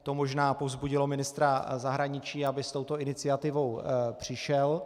To možná povzbudilo ministra zahraničí, aby s touto iniciativou přišel.